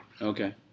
Okay